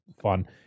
fun